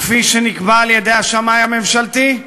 כפי שנקבע על-ידי השמאי הממשלתי?